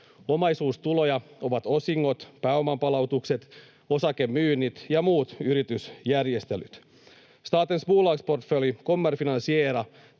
Omaisuustuloja ovat osingot, pääoman palautukset, osakemyynnit ja muut yritysjärjestelyt. Statens bolagsportfölj kommer att finansiera